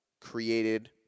created